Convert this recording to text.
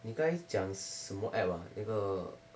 你刚才讲什么 app ah 那个